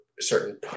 certain